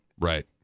right